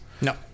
No